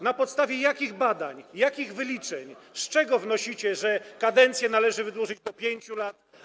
Na podstawie jakich badań, jakich wyliczeń, z czego wnosicie, że kadencję należy wydłużyć do 5 lat?